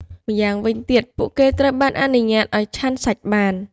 ម្យ៉ាងវិញទៀត ពួកគេត្រូវបានអនុញ្ញាតឱ្យឆាន់សាច់បាន។